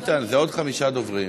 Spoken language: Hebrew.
ביטן, ביטן, זה עוד חמישה דוברים.